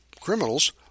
criminals